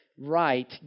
right